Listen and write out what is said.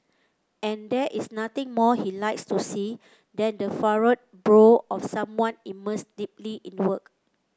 and there is nothing more he likes to see than the furrowed brow of someone immersed deeply in work